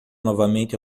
novamente